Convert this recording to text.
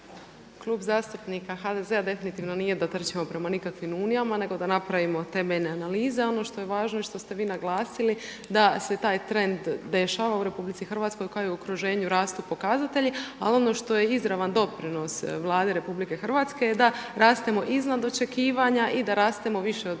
Klub zastupnika HDZ-a definitivno da trčimo prema nikakvim unijama nego da napravimo temeljne analize. A ono što je važno i što ste vi naglasili da se taj trend dešava u RH kao i okruženju rastu pokazatelji, ali ono što je izravan doprinos Vladi RH da rastemo iznad očekivanja i da rastemo više od